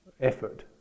effort